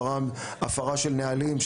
הפרה של נהלים,